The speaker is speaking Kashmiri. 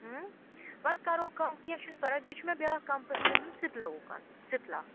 وَلہٕ کَرو کَم کیٚنٛہہ چھُنہٕ پرواے بیٚیہِ چھُ مےٚ بیٛاکھ کَمپ یہِ نَہ سِٹلوکن سِفلا